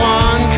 one